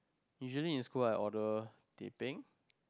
usually in school I order teh peng